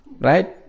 Right